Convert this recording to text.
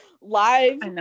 Live